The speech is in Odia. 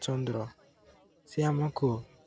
ଚନ୍ଦ୍ର ସିଏ ଆମକୁ